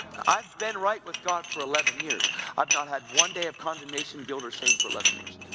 i've been right with god for eleven years i've not had one day of condemnation, guilt or shame for eleven years